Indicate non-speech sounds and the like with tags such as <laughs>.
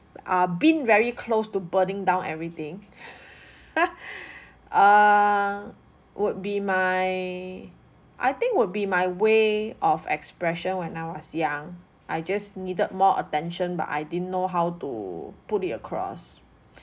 uh been very close to burning down everything <laughs> err would be my I think would be my way of expression when I was young I just needed more attention but I didn't know how to put it across